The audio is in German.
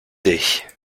dich